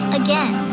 again